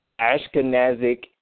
Ashkenazic